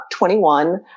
21